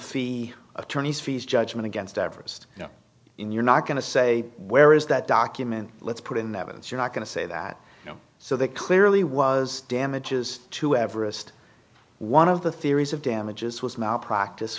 fee attorney's fees judgment against everest you know when you're not going to say where is that document let's put in that is you're not going to say that you know so that clearly was damages to everest one of the theories of damages was malpracti